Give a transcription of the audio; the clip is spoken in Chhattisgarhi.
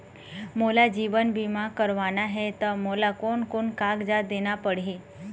मोला जीवन बीमा करवाना हे ता मोला कोन कोन कागजात देना पड़ही?